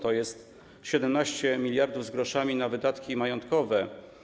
To jest 17 mld z groszami na wydatki majątkowe.